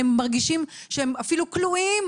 הם מרגישים שהם אפילו כלואים,